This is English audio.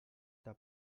the